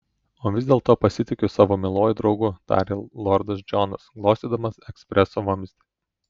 o vis dėlto pasitikiu savo mieluoju draugu tarė lordas džonas glostydamas ekspreso vamzdį